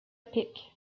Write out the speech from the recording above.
pick